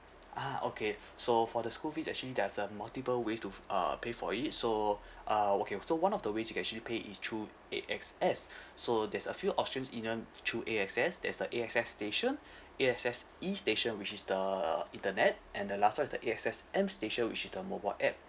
ah okay so for the school fees actually there's uh multiple ways to f~ uh pay for it so uh okay so one of the ways you can actually pay is through A_X_S so there's a few options either through A_X_S there's a A_X_S station A_X_S E station which is the uh internet and the last one is the A_X_S M station which is the mobile app